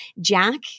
Jack